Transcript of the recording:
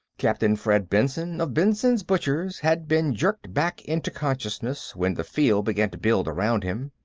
captain fred benson, of benson's butchers, had been jerked back into consciousness when the field began to build around him.